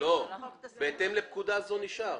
"בהתאם לפקודה זו" נשאר.